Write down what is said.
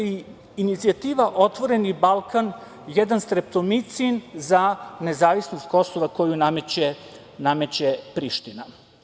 Inicijativa „ Otvoreni Balkan“ je jedan streptomicin za nezavisnost Kosova koju nameće Priština.